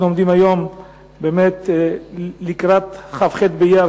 אנחנו עומדים היום לקראת כ"ח באייר,